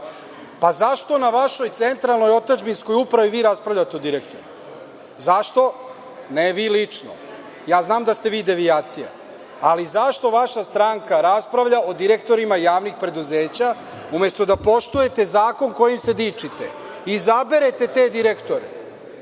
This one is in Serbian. Zašto na vašoj centralnoj otadžbinskoj upravi vi raspravljate o direktorima? Zašto? Ne vi lično. Ja znam da ste vi devijacija. Ali, zašto vaša stranka raspravlja o direktorima javnih preduzeća, umesto da poštujete zakon kojim se dičite. Izaberete te direktore.